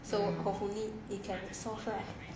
so hopefully it can be solved lah